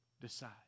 decide